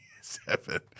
seven